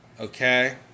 Okay